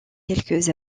quelques